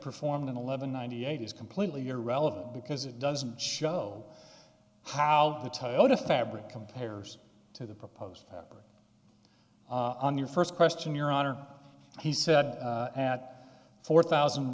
performed in eleven ninety eight is completely irrelevant because it doesn't show how the toyota fabric compares to the proposed on your first question your honor he said at four thousand